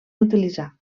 utilitzar